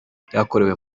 byakorewe